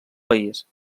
país